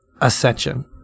Ascension